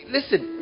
Listen